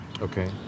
Okay